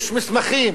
יש מסמכים,